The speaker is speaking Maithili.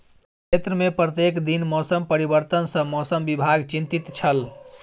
क्षेत्र में प्रत्येक दिन मौसम परिवर्तन सॅ मौसम विभाग चिंतित छल